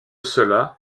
cela